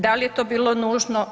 Da li je to bilo nužno?